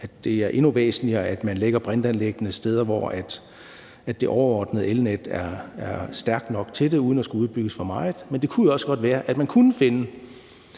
at det er endnu væsentligere, at man lægger brintanlæggene steder, hvor det overordnede elnet er stærkt nok til det uden at skulle udbygges for meget. Men det kunne jo også godt være, at man kunne finde